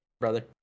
brother